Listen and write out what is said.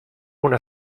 una